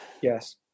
Yes